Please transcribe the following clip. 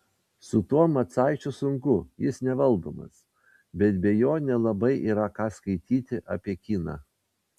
su tuo macaičiu sunku jis nevaldomas bet be jo nelabai yra ką skaityti apie kiną